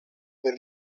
per